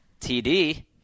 TD